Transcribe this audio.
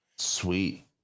Sweet